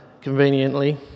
conveniently